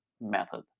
method